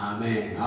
Amen